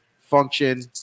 function